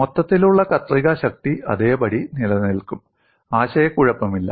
മൊത്തത്തിലുള്ള കത്രിക ശക്തി അതേപടി നിലനിൽക്കും ആശയക്കുഴപ്പമില്ല